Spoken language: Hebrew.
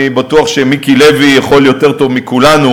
אני בטוח שמיקי לוי יכול יותר טוב מכולנו,